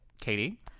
Katie